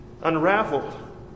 unraveled